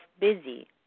busy